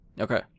okay